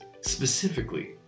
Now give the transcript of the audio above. specifically